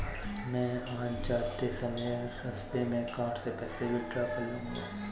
मैं आज जाते समय रास्ते में कार्ड से पैसे विड्रा कर लूंगा